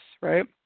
Right